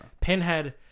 Pinhead